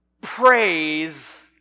praise